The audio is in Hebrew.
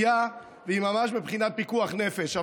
עשר דקות לרשותך.